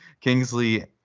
Kingsley